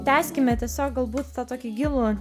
tęskime tiesiog galbūt tokį gilų